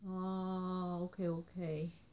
oh okay okay